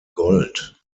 gold